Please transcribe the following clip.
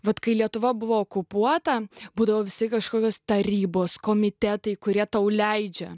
vat kai lietuva buvo okupuota būdavo visi kažkokios tarybos komitetai kurie tau leidžia